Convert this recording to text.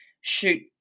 shoot